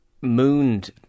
mooned